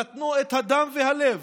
נתנו את הדם והלב,